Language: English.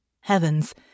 Heavens